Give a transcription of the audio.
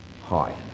Hi